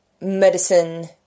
medicine